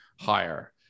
higher